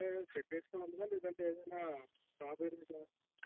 only shed వేస్కోడానికేనా లేదా crop వెసేందుకా